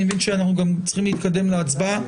אני מבין שאנחנו גם צריכים להתקדם להצבעה.